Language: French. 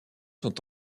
sont